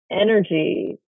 energy